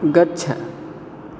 गच्छ